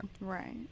Right